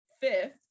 fifth